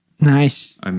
Nice